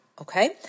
okay